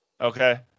Okay